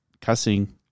cussing